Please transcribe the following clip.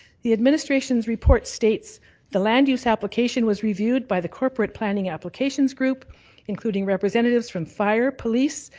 the administration's report states the land use application was reviewed by the corporate planning applications group including representatives from fire, police,